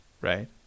right